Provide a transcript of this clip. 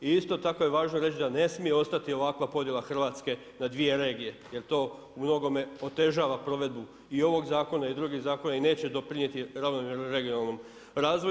I isto tako je važno reći da ne smije ostati ovakva podjela Hrvatske na dvije regije jer to u mnogome otežava provedbu i ovog zakona i drugih zakona i neće doprinijeti ravnomjernom regionalnom razvoju.